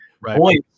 Right